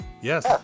yes